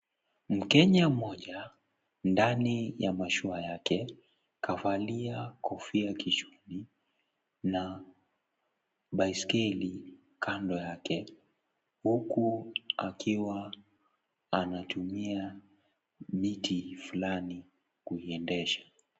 Mkenya mmoja ndani ya mashua yake. Kavalia kofia kichwani na baiskeli kando yake. Huku akiwa anatumia miti fulani kuiendesha.